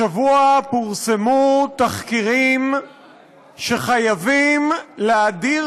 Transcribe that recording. השבוע פורסמו תחקירים שחייבים להדיר